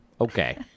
Okay